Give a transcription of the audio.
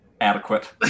Adequate